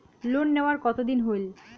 Loan নেওয়ার কতদিন হইল?